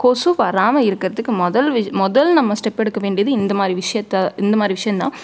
கொசு வராமல் இருக்கிறதுக்கு முதல் விஷ முதல் நம்ம ஸ்டெப் எடுக்க வேண்டியது இந்த மாதிரி விஷயத்த இந்த மாதிரி விஷயந்தான்